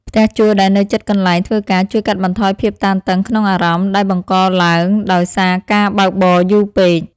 ផ្ទះជួលដែលនៅជិតកន្លែងធ្វើការជួយកាត់បន្ថយភាពតានតឹងក្នុងអារម្មណ៍ដែលបង្កឡើងដោយសារការបើកបរយូរពេក។